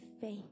faith